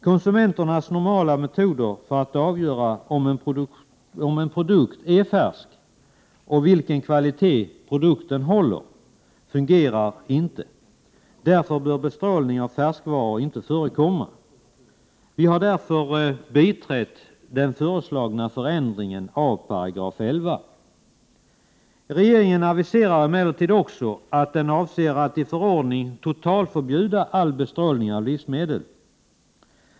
Konsumenternas normala metoder för att avgöra om en produkt är färsk och vilken kvalitet produkten håller fungerar inte. Därför bör bestrålning av färskvaror inte förekomma. Vi har därför biträtt den föreslagna förändringen av 11 §. Regeringen aviserar emellertid också att den avser att i förordning totalförbjuda all bestrålning av livsmedel.